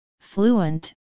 fluent